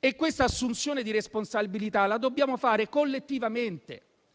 e questa assunzione di responsabilità la dobbiamo fare collettivamente,